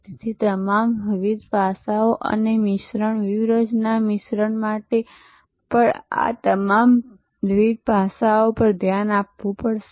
તેથી તમામ વિવિધ પાસાઓ અને મિશ્રણ વ્યૂહરચના મિશ્રણ માટે પણ આ તમામ વિવિધ પાસાઓ પર ધ્યાન આપવું પડશે